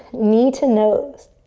knee to nose.